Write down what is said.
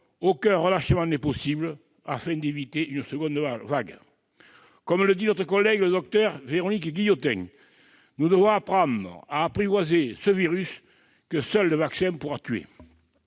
Aucun relâchement n'est possible si nous voulons éviter une seconde vague. Comme le dit notre collègue le docteur Véronique Guillotin, nous devons apprendre à apprivoiser ce virus que seul le vaccin pourra tuer.